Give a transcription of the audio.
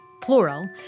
plural